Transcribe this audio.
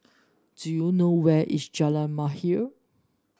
do you know where is Jalan Mahir